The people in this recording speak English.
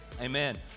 Amen